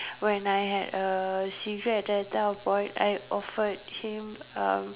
when I had a cigarette at that time of point I offered him uh